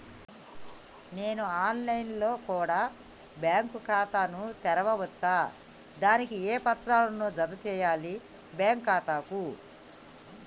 నేను online లో కూడా బ్యాంకు ఖాతా ను తెరవ వచ్చా? దానికి ఏ పత్రాలను జత చేయాలి బ్యాంకు ఖాతాకు?